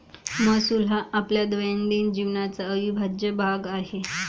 महसूल हा आपल्या दैनंदिन जीवनाचा अविभाज्य भाग आहे